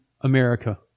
America